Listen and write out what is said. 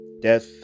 Death